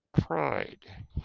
pride